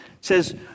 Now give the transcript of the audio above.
says